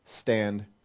stand